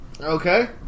Okay